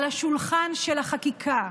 על השולחן של החקיקה,